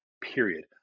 period